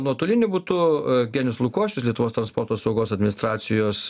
nuotoliniu būdu genius lukošius lietuvos transporto saugos administracijos